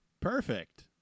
Perfect